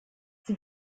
sie